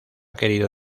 querido